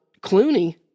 Clooney